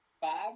five